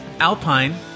Alpine